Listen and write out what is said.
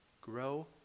grow